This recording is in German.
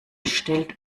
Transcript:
stellt